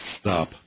stop